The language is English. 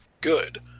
good